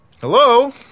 Hello